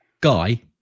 Guy